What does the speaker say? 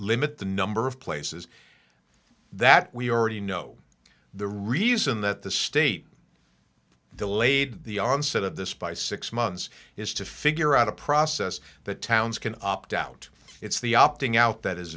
limit the number of places that we already know the reason that the state delayed the onset of this by six months is to figure out a process that towns can opt out it's the opting out that is